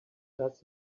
does